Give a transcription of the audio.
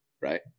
Right